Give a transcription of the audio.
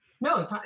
No